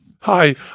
Hi